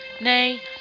Nay